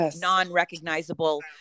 non-recognizable